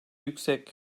yüksek